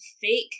fake